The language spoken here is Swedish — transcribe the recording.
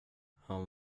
han